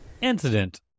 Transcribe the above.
Incident